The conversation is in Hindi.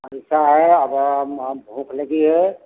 ऐसा है हमें भूख लगी है